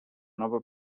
nova